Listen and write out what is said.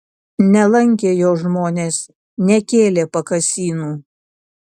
nelankė jo žmonės nekėlė pakasynų